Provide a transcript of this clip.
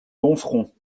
domfront